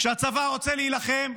כשהצבא רוצה להילחם,